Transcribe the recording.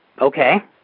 Okay